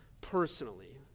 personally